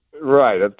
Right